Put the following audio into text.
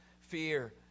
fear